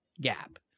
gap